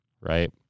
Right